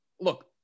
Look